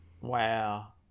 Wow